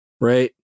right